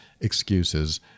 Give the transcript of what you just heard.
excuses